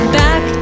back